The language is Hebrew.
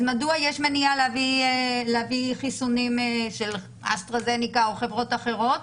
אז מדוע יש מניעה להביא חיסונים של אסטרהזניקה או חברות אחרות?